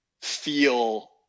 feel